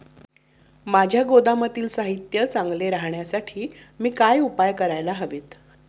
माझ्या गोदामातील साहित्य चांगले राहण्यासाठी मी काय उपाय काय करायला हवेत?